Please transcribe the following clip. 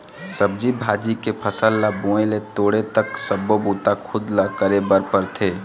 सब्जी भाजी के फसल ल बोए ले तोड़े तक सब्बो बूता खुद ल करे बर परथे